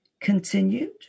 continued